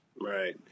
Right